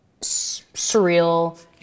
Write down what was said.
surreal